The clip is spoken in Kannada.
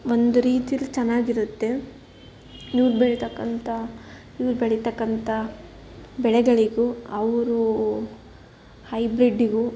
ಒಂದು ರೀತಿಲಿ ಚೆನ್ನಾಗಿರುತ್ತೆ ಇವರು ಬೆಳೀತಕ್ಕಂಥ ಇವ್ರು ಬೆಳೀತಕ್ಕಂಥ ಬೆಳೆಗಳಿಗೂ ಅವ್ರ ಹೈಬ್ರಿಡ್ಡಿಗೂ